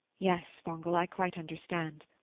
yes, wangel, i quite understand.